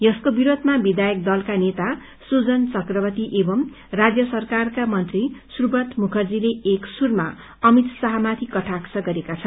यसको विरोधमा विधायक दलका नेता सुजन चक्रवर्ती एवं राज्य सरकारका मन्त्री सुब्रत मुखर्जीले एक सुरमा अमित शाहमाथि कटाक्ष गरेका छन्